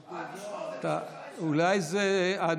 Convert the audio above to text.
אה, תשמור את זה.